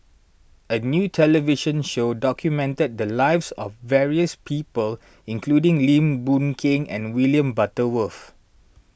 a new television show documented the lives of various people including Lim Boon Keng and William Butterworth